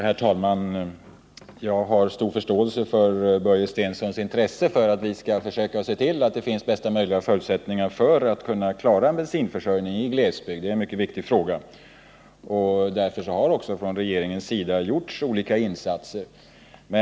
Herr talman! Jag har stor förståelse för Börje Stenssons intresse av att vi skall försöka se till att bästa möjliga förutsättningar finns för att klara bensinförsörjningen i glesbygden. Det är en mycket viktig fråga, och därför har man från regeringens sida också gjort olika insatser.